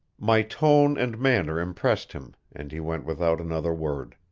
my tone and manner impressed him, and he went without another word.